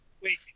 Wait